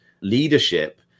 leadership